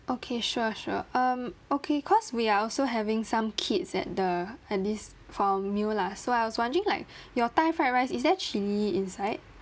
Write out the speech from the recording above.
okay sure sure um okay cause we are also having some kids at the at this for a meal lah so I was wondering like your thai fried rice is there chilli inside